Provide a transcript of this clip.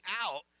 out